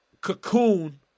cocoon